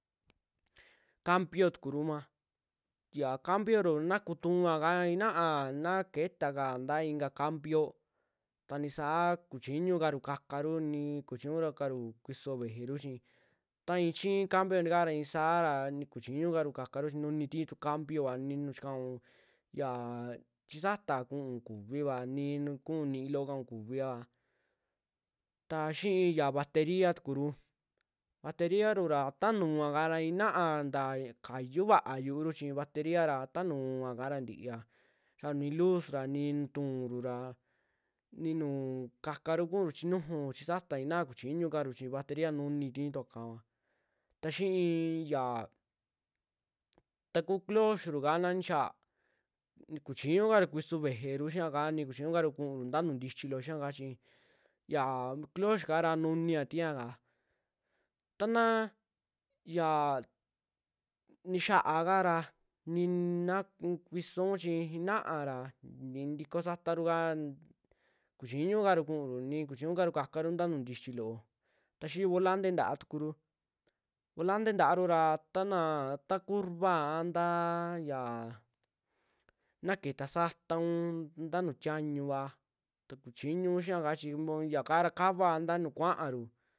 Cambio tukuru ma, yaa cambio ruu naa kutuaka ina'a naa ketaka nta ikaa cambio taa ni saa kuchiñukaru kakaru, nii kuchiñukaru kuisoo veejeru chi ta i'i chii cambio ntikaara isaa ra ni kuchiñukaru chi nuni ti'i tu cambiova, ni nu'u chikaun yaa chisaata ku'un kuviva ni nu'u ku'u niiloo kaun kuviva, taa xii ya bateria tukuru, bateriaru ra ta nu'uva kara ina'a ntaa kayuu vaa yu'uru chi bateri kara ta nu'ua kara ntiia, xaani luz ra ni nituunru ra, ni nu'uu kakaru kuuru chinuju, chii sata inaa kuchiñuakaru chii bateria nuni tii tuuakava, ta xi'i yaa ta kuu closru kaa na ntiixiaa kuchiñukaru kuisoo veejeru xiaaka, ni kuchiñukaru kuuru ntaa nu'u ntichii loo xiaka chi, yaa clos kaara nunia tiia kaa taana xiaa ntixaaka ra ni'na kuison chi inaara ntikoo sataruka, kuchiñukaru kuuru, ni kuchiñukaru kakaru nta nu'u ntichiloo, taa yi'i volante ntaa tukuru, volante ntaaru ra ta naa, ta curva a taa yaa naa ketaa saataun ntaa nu'u tiaañua ta kuchiñuu xiiaka chii moi ya kaa kavaa ntaa nu'u kuaaru.